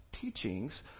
teachings